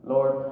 Lord